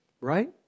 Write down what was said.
Right